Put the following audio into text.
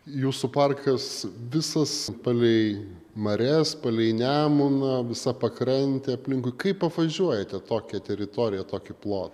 jūsų parkas visas palei marias palei nemuną visa pakrantė aplinkui kaip apvažiuojate tokią teritoriją tokį plo